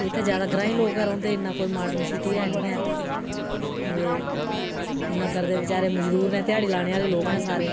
ते इत्थै जैदा ग्राईं लोक गै रौंह्दे न ते इन्ना कोई माडर्न सिटी है नेईं दे इन्ना करदे बचारे मजदूर न ध्याड़ी लाने आह्ले लोक न सारे